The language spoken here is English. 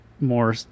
more